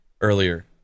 earlier